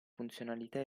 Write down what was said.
funzionalità